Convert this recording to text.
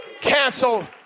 cancel